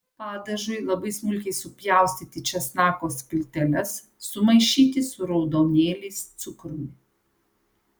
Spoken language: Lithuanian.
padažui labai smulkiai supjaustyti česnako skilteles sumaišyti su raudonėliais cukrumi